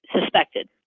suspected